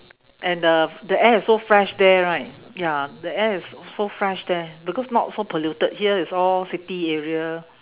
and the the air is so fresh there right ya the air is so fresh there because not so polluted here is all city area